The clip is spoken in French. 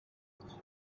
pour